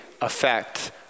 effect